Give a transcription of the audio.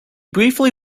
briefly